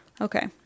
Okay